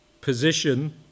position